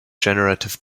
generative